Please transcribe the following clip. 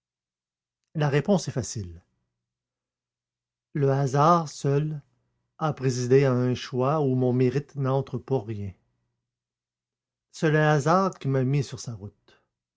la réponse est facile le hasard seul a présidé à un choix où mon mérite n'entre pour rien c'est le hasard qui m'a mis sur sa route